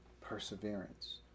Perseverance